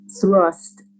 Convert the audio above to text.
thrust